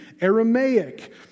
Aramaic